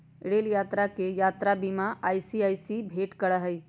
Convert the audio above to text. rail यात्रा ला यात्रा बीमा आई.सी.आई.सी.आई भेंट करा हई